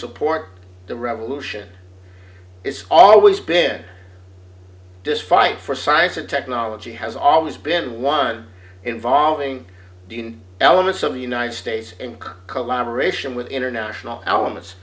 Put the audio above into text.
support the revolution it's always been just fight for science and technology has always been one involving elements of the united states and collaboration with international elements